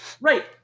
Right